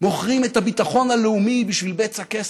מוכרים את הביטחון הלאומי בשביל בצע כסף?